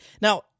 Now